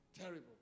Terrible